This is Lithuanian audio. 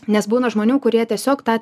nes būna žmonių kurie tiesiog tą